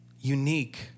unique